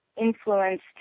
influenced